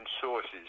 sources